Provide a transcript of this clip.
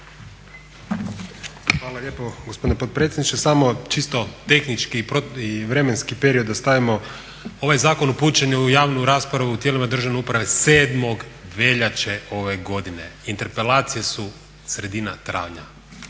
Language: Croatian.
Hvala lijepo gospodine potpredsjedniče. Samo čisto tehnički i vremenski period da stavimo. Ovaj zakon upućen je u javnu raspravu u tijelima državne uprave 7.veljače ove godine. interpelacije su sredina travnja